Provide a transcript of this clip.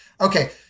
Okay